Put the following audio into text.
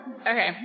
Okay